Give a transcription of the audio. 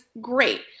great